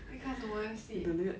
你看什么戏